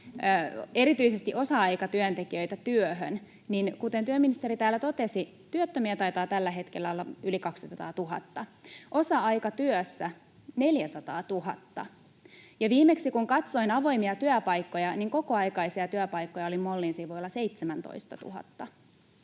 erityisesti osa-aikatyöntekijöitä työhön, niin kuten työministeri täällä totesi, työttömiä taitaa tällä hetkellä olla yli 200 000, osa-aikatyössä 400 000, ja viimeksi, kun katsoin avoimia työpaikkoja, kokoaikaisia työpaikkoja oli molin sivuilla 17 000.